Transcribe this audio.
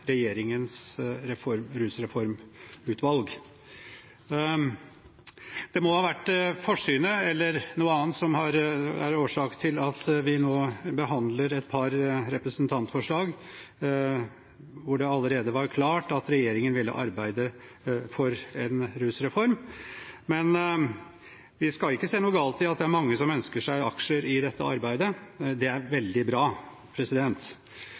regjeringens rusreformutvalg. Det må ha vært forsynet eller noe annet som er årsak til at vi nå behandler et par representantforslag, når det allerede var klart at regjeringen ville arbeide for en rusreform, men vi skal ikke se noe galt i at det er mange som ønsker seg aksjer i dette arbeidet. Det er veldig bra,